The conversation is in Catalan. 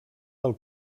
del